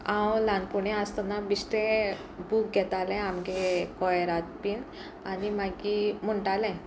हांव ल्हानपणा आसतना बेश्टें बूक घेतालें आमगे कोयरात बीन आनी मागी म्हणटालें